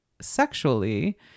sexually